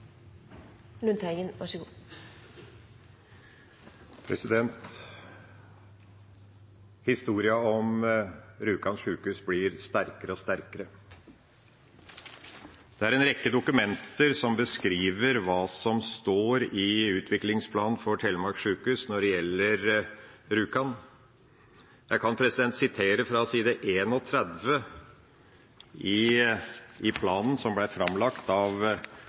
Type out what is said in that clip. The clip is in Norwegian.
en rekke dokumenter som beskriver hva som står i utviklingsplanen for Telemark sykehus når det gjelder Rjukan. Jeg kan sitere fra side 31 i planen, som ble framlagt av